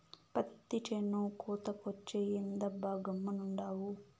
పత్తి చేను కోతకొచ్చే, ఏందబ్బా గమ్మునుండావు